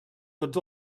tots